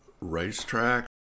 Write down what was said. racetrack